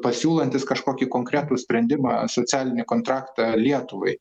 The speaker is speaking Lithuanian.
pasiūlantis kažkokį konkretų sprendimą socialinį kontraktą lietuvai